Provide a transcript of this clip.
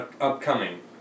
upcoming